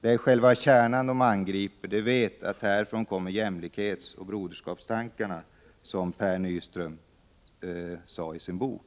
Det är själva kärnan som de angriper. De vet att det är härifrån som jämlikhetsoch broderskapstankarna kommer, som Per Nyström sade i sin bok.